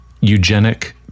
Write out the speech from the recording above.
Eugenic